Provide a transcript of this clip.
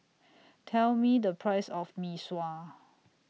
Tell Me The Price of Mee Sua